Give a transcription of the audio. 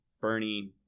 Bernie